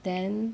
then